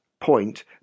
point